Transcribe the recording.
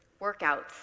Workouts